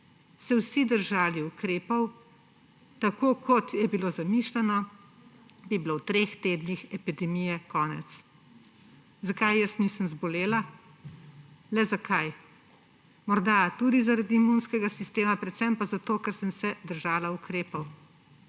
se vsi držali ukrepov, tako kot je bilo zamišljeno, bi bilo v treh tednih epidemije konec. Zakaj jaz nisem zbolela, le zakaj? Morda tudi zaradi imunskega sistema, predvsem pa zato, ker sem se držala ukrepov.